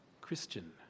Christian